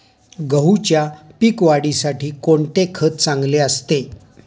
गहूच्या पीक वाढीसाठी कोणते खत चांगले असते?